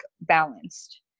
balanced